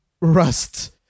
rust